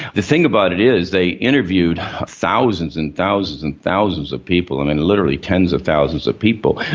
the thing about it is they interviewed thousands and thousands and thousands of people, and literally tens of thousands of people,